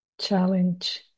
challenge